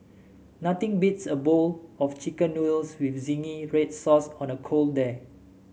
nothing beats a bowl of chicken noodles with zingy red sauce on a cold day